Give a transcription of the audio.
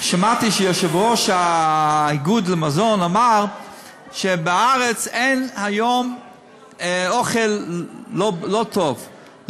שמעתי שיושב-ראש איגוד המזון אמר שבארץ אין היום אוכל לא טוב,